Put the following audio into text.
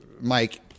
Mike